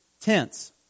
tents